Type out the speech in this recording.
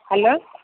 hello